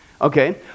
okay